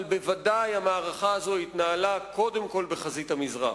אבל היא בוודאי התנהלה קודם כול בחזית המזרח.